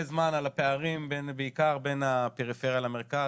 זמן על הפערים בעיקר בין הפריפריה למרכז.